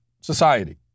society